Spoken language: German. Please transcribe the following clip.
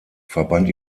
verband